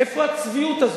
איפה הצביעות הזאת?